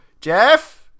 Jeff